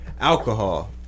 alcohol